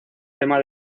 tema